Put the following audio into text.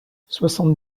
soixante